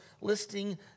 listing